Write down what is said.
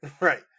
right